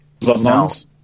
Bloodlines